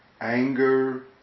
Anger